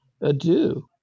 adieu